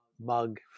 mug